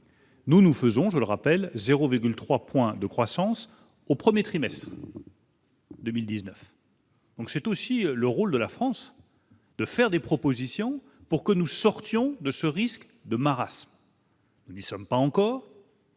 nous nous faisons je le rappelle, 0,3 point de croissance au 1er trimestres. 2019. Donc, c'est aussi le rôle de la France de faire des propositions pour que nous sortions de ce risque de marasme. Nous ne sommes pas encore.